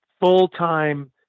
full-time